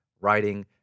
writing